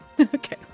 okay